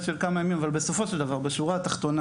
של כמה ימים אבל בסופו של דבר בשורה התחתונה,